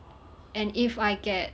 and if I get